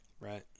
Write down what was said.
Right